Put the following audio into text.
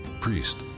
Priest